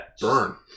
Burn